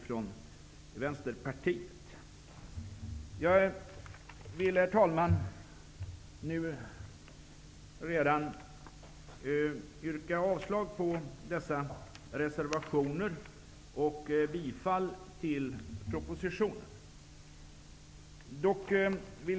Jag vill redan nu, herr talman, yrka avslag på dessa reservationer och bifall till propositionen.